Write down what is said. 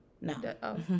No